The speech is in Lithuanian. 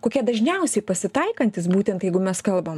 kokie dažniausiai pasitaikantys būtent jeigu mes kalbam